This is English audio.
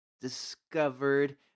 discovered